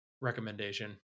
recommendation